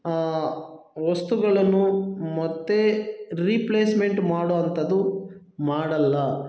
ವಸ್ತುಗಳನ್ನು ಮತ್ತೆ ರೀಪ್ಲೇಸ್ಮೆಂಟ್ ಮಾಡೋ ಅಂಥದ್ದು ಮಾಡೋಲ್ಲ